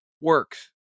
works